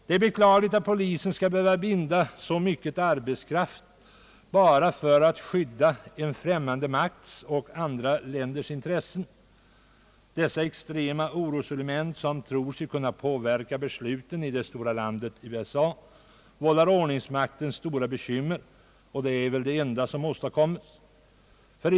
Det är beklagligt att polisen skall behöva binda så mycken arbetskraft bara för att skydda en främmande makt och andra länders intressen. Dessa extrema oroselement, som tror sig kunna påverka besluten i det stora landet USA, vållar ordningsmakten stora bekymmer, vilket väl är det enda de åstadkommer.